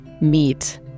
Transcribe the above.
meet